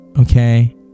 okay